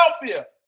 Philadelphia